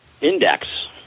index